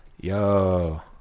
Yo